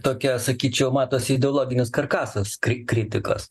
tokia sakyčiau matosi ideologinis karkasas kritikos